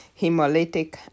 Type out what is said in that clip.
Hemolytic